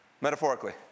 metaphorically